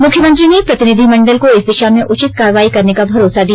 मुख्यमंत्री ने प्रतिनिधिमंडल को इस दिशा में उचित कारवाई करने का भरोसा दिया